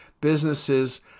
businesses